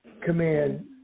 command